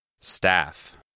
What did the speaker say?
Staff